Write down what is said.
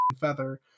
feather